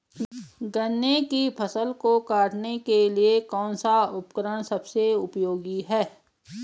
गन्ने की फसल को काटने के लिए कौन सा उपकरण सबसे उपयोगी है?